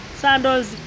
sandals